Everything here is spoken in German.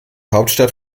hauptstadt